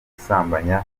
gusambanya